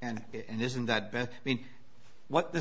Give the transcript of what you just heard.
and in this in that i mean what this